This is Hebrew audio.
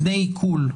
נקרה לה "הסוציאלית",